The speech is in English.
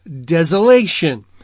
desolation